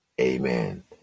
Amen